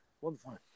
Wonderful